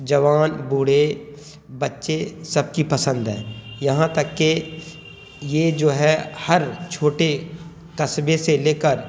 جوان بوڑھے بچے سب کی پسند ہے یہاں تک کہ یہ جو ہے ہر چھوٹے قصبے سے لے کر